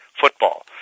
football